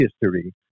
history